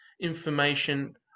information